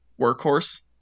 Workhorse